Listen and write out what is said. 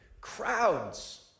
Crowds